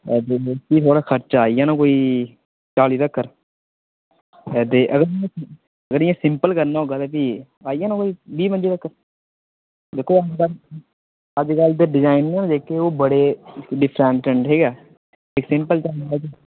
भी थुआढ़ा खर्चा आई जाना कोई चाली तक्कर ते भी अगर इयां सिंपल करना होगा ते भी आई जाना कोई बीह् पं'जी तक्कर दिक्खो अजकल अजकल दे डिजाइन ना जेह्के ओह् बड़े डिफरेंट न ठीक ऐ ते सिंपल डिजाइनें च